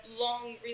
long